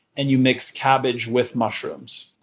and you mix cabbage with mushrooms.